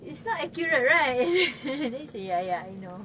it's not accurate right then he say ya ya I know